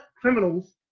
criminals